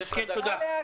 הסיכון של מוטציות וכולי,